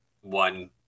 one